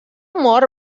mort